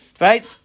right